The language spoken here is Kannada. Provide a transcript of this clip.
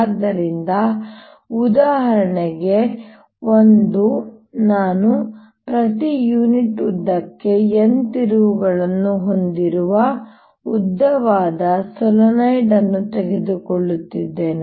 ಆದ್ದರಿಂದ ಉದಾಹರಣೆಗೆ ಒಂದು ನಾನು ಪ್ರತಿ ಯೂನಿಟ್ ಉದ್ದಕ್ಕೆ n ತಿರುವುಗಳನ್ನು ಹೊಂದಿರುವ ಉದ್ದವಾದ ಸೊಲೆನಾಯ್ಡ್ ಅನ್ನು ತೆಗೆದುಕೊಳ್ಳುತ್ತೇನೆ